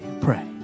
pray